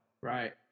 Right